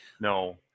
No